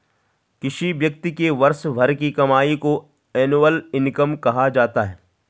किसी व्यक्ति के वर्ष भर की कमाई को एनुअल इनकम कहा जाता है